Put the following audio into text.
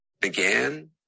began